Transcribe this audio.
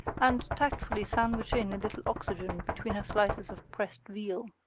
and tactfully sandwich in a little oxygen between her slices of pressed veal.